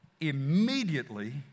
Immediately